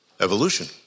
evolution